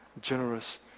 generous